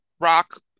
rock